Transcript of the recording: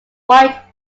white